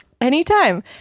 anytime